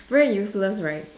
very useless right